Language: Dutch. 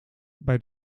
bij